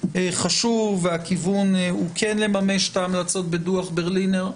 חשוב והכיוון הוא כן לממש את ההמלצות בדוח ברלינר.